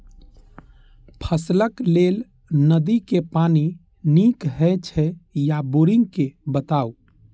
फसलक लेल नदी के पानी नीक हे छै या बोरिंग के बताऊ?